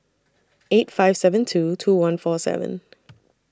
eight five seven two two one four seven